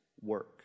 work